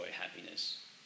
happiness